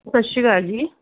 ਸਤਿ ਸ਼੍ਰੀ ਅਕਾਲ ਜੀ